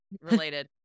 related